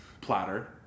platter